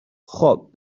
خوب